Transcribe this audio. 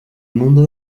mundo